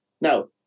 Now